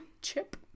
Chip